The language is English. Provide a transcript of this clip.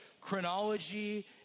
chronology